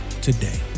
today